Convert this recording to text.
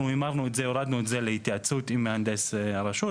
אנחנו הורדנו את זה להתייעצות עם מהנדס הרשות,